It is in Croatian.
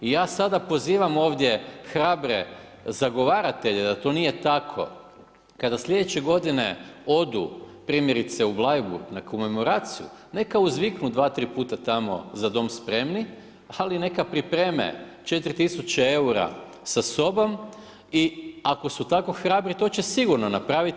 I ja sada pozivam ovdje hrabre zagovaratelje da to nije tako kada sljedeće godine odu primjerice u Bleiburg na komemoraciju, neka uzviknu 2, 3 puta tamo „Za Dom spremni“ ali neka pripreme 4 tisuće eura sa sobom i ako su tako hrabri to će sigurno napraviti.